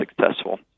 successful